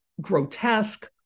grotesque